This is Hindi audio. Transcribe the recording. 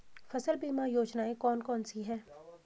फसल बीमा योजनाएँ कौन कौनसी हैं?